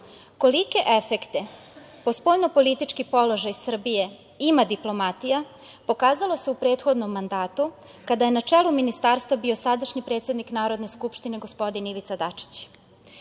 efekte po spoljno politički položaj Srbije ima diplomatija pokazalo se u prethodnom mandatu kada je na čelu ministarstva bio sadašnji predsednik Narodne skupštine, gospodin Ivica Dačić,